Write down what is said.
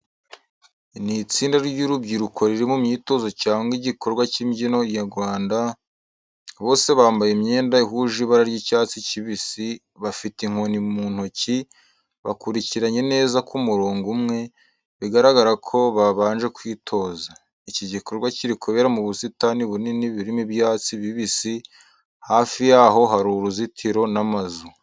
Ni itsinda ry’urubyiruko riri mu myitozo cyangwa igikorwa cy’imbyino nyarwanda. Bose bambaye imyenda ihuje ibara ry’icyatsi kibisi. Bafite inkoni mu ntoki, bakurikiranye neza ku murongo umwe, bigaragara ko babanje kwitoza. Iki gikorwa kiri kubera mu busitani bunini burimo ibyatsi bibisi, hafi y'aho hari uruzitiro n’amazu.